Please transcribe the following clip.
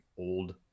old